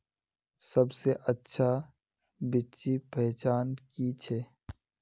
सबसे अच्छा बिच्ची पहचान की छे?